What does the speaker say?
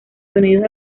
sonidos